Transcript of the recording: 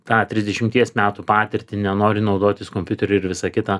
tą trisdešimties metų patirtį nenori naudotis kompiuteriu ir visą kitą